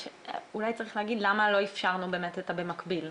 אולי צריך להגיד למה לא אפשרנו באמת את הבמקביל.